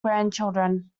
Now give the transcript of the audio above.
grandchildren